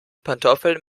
pantoffeln